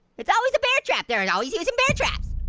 it's always a bear trap. they're and always using bear traps.